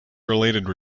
related